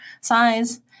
size